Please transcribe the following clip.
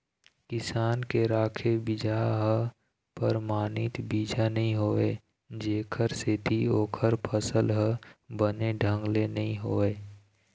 किसान के राखे बिजहा ह परमानित बीजा नइ होवय जेखर सेती ओखर फसल ह बने ढंग ले नइ होवय